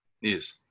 Yes